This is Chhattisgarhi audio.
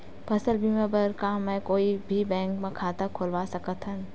फसल बीमा बर का मैं कोई भी बैंक म खाता खोलवा सकथन का?